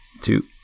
two